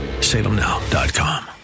salemnow.com